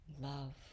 Love